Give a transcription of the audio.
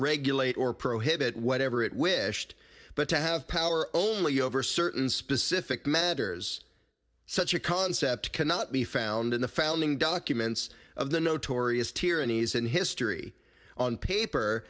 regulate or prohibit whatever it wished but to have power only over certain specific matters such a concept cannot be found in the founding documents of the notorious tyrannies in history on paper